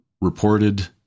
reported